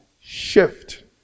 Shift